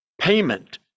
payment